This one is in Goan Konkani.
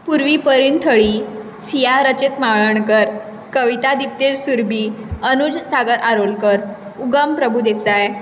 पुर्वी परेन थळी सिया रजत माळवणकर कवित दिप्तेश सुर्भी अनूज सागर आरोलकर उगम प्रभुदेसाय